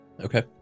Okay